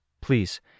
Please